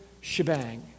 shebang